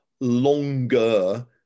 longer